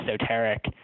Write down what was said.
esoteric